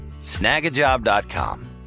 snagajob.com